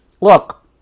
look